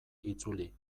itzuli